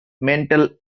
mental